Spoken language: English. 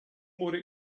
more